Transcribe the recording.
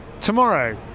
tomorrow